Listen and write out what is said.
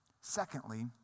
Secondly